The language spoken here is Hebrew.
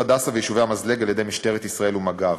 וצור-הדסה ויישובי "המזלג" על-ידי משטרת ישראל ומג"ב.